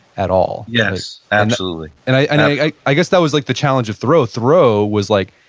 at all yes, absolutely and i i guess that was like the challenge of thoreau. thoreau was like,